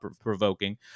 provoking